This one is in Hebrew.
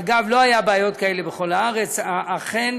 אגב, לא היה בעיות כאלה בכל הארץ, אכן